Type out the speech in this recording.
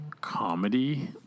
comedy